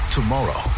Tomorrow